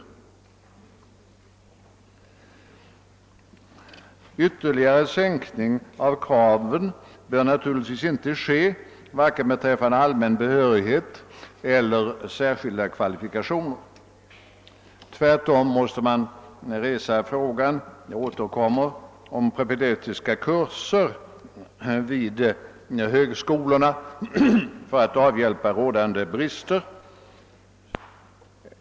En ytterligare sänkning av kraven bör naturligtvis inte ske, vare sig beträffande allmän behörighet eller särskilda kvalifikationer. Tvärtom måste man ställa frågan — jag återkommer till detta — om behovet av propedeutiska kurser vid högskolorna för att avhjälpa rådande brister.